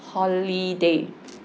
holiday